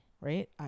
right